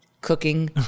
cooking